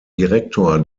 direktor